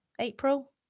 April